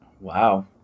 wow